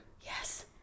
Yes